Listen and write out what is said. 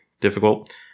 difficult